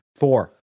Four